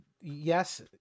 yes